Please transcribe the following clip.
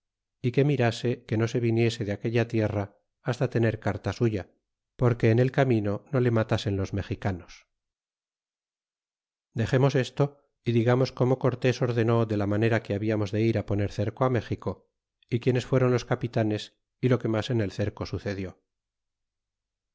y que mirase que no se viniese de aquella tierra hasta tener carta suya porque en el camino no le matasen los mexicanos dexemos esto y digamos como cortés ordenó de la manera que hablamos de ir á poner cerco a méxico y quién fueron los capitanes y lo que mas en el cerco sucedió